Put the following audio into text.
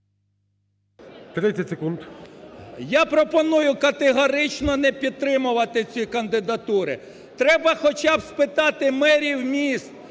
Я пропоную категорично не підтримувати ці кандидатури. Треба хоча б спитати мерів міст,